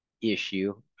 issue